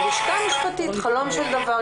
הלשכה המשפטית, חלום של דבר.